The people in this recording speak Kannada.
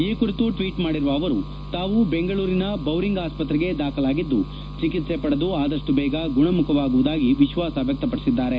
ಈ ಕುರಿತು ಟ್ವೀಟ್ ಮಾಡಿರುವ ಅವರು ತಾವು ಬೆಂಗಳೂರಿನ ಬೌರಿಂಗ್ ಆಸ್ವತ್ರೆಗೆ ದಾಖಲಾಗಿದ್ದು ಚಿಕಿತ್ವೆ ವಡೆದು ಆದಷ್ಟು ಬೇಗ ಗುಣಮುಖರಾಗುವುದಾಗಿ ವಿಶ್ವಾಸ ವ್ಯಕ್ತಪಡಿಸಿದ್ದಾರೆ